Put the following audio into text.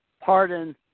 pardon